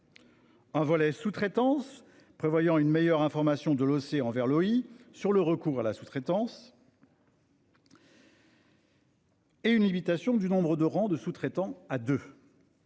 un volet sous-traitance prévoyant une meilleure information de l'OC envers l'OI sur le recours à la sous-traitance et une limitation à deux du nombre de rangs de sous-traitants ; un